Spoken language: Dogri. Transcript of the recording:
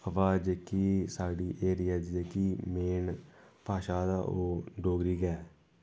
अवा जेह्की साढ़ी ऐरिया च जेह्की मेन भाशा ते ओह् डोगरी गै